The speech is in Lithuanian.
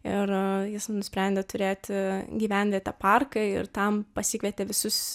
ir jis nusprendė turėti gyvenvietę parką ir tam pasikvietė visus